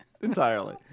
entirely